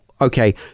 okay